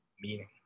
meaning